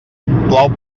plou